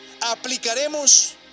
aplicaremos